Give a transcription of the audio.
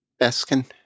Baskin